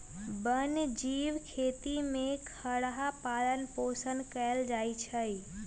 वन जीव खेती में खरहा पालन पोषण कएल जाइ छै